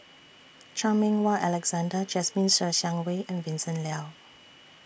Chan Meng Wah Alexander Jasmine Ser Xiang Wei and Vincent Leow